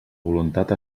voluntat